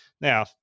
Now